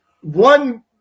one